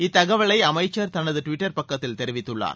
இத்தகவலை அமைச்சர் தனது டுவிட்டர் பக்கத்தில் தெரிவித்துள்ளார்